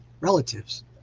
relatives